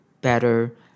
better